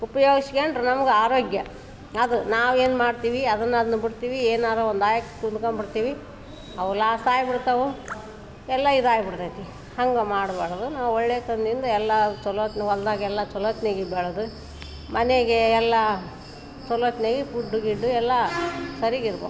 ಉಪ್ಯೋಗಿಸ್ಕೊಂಡ್ರೆ ನಮ್ಗೆ ಆರೋಗ್ಯ ಅದು ನಾವು ಏನು ಮಾಡ್ತೀವಿ ಅದನ್ನು ಅದನ್ನು ಬಿಡ್ತೀವಿ ಏನಾರು ಒಂದು ಹಾಕ್ ಕೂತ್ಕೊಂಡ್ಬಿಡ್ತಿವಿ ಅವು ಲಾಸಾಗ್ಬಿಡ್ತಾವೆ ಎಲ್ಲ ಇದಾಗ್ಬಿಡ್ತದೆ ಹಾಗ್ ಮಾಡ್ಬಾರ್ದು ನಾವು ಒಳ್ಳೆಯ ತನದಿಂದ ಎಲ್ಲ ಚಲೋತ್ನ ಹೊಲ್ದಾಗ್ ಎಲ್ಲ ಚಲೋತ್ತಿನಾಗ್ ಬೆಳೆದು ಮನೆಯಾಗೆ ಎಲ್ಲ ಚಲೋತ್ತಿನಾಗಿ ಫುಡ್ದು ಗಿಡ್ದು ಎಲ್ಲ ಸರಿಗೆ ಇರ್ಬೇಕ್